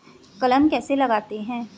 कलम कैसे लगाते हैं?